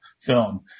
film